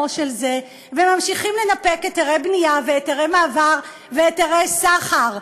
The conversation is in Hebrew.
של זה וממשיכים לנפק היתרי בנייה והיתרי מעבר והיתרי סחר.